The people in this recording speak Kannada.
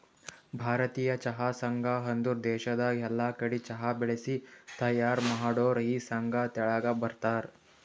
ಭಾರತೀಯ ಚಹಾ ಸಂಘ ಅಂದುರ್ ದೇಶದಾಗ್ ಎಲ್ಲಾ ಕಡಿ ಚಹಾ ಬೆಳಿಸಿ ತೈಯಾರ್ ಮಾಡೋರ್ ಈ ಸಂಘ ತೆಳಗ ಬರ್ತಾರ್